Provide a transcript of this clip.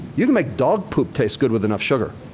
you can make dog poop taste good with enough sugar.